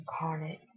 Incarnate